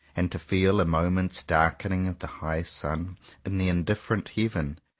and to feel a moment's darkening of the high sun in the indifferent heaven,